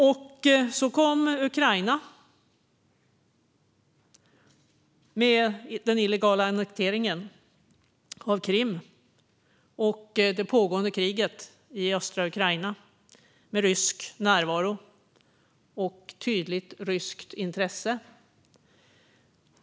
Och så kom Ukraina, den illegala annekteringen av Krim och det pågående kriget i östra Ukraina med rysk närvaro och tydligt ryskt intresse.